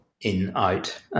in-out